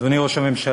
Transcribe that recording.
אדוני ראש הממשלה,